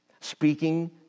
Speaking